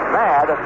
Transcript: mad